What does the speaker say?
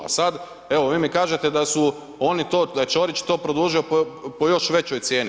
A sad, evo vi mi kažete da su oni to, da je Ćorić to produžio po još većoj cijeni.